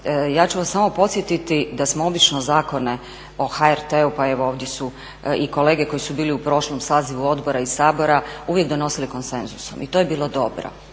Ja ću vas samo podsjetiti da smo obično zakone o HRT-u, pa evo ovdje su i kolege koji su bili u prošlom sazivu odbora i Sabora, uvijek donosili konsenzusom. I to je bilo dobro